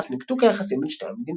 על אף ניתוק היחסים בין שתי המדינות.